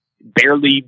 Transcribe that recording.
barely